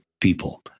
people